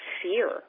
fear